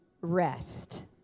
rest